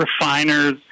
refiners